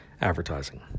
advertising